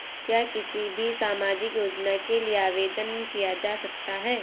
क्या किसी भी सामाजिक योजना के लिए आवेदन किया जा सकता है?